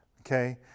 Okay